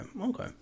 okay